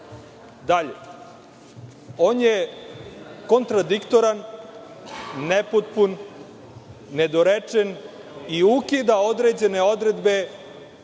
on je kontradiktoran, nepotpun, nedorečen i ukida određene odredbe